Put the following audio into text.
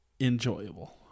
enjoyable